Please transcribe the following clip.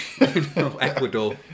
Ecuador